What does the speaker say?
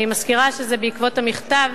אני מזכירה שזה בעקבות המכתב